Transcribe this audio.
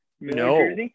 No